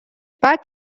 بعد